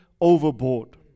overboard